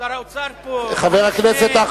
שר האוצר פה, המשנה,